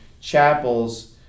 chapels